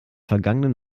vergangenen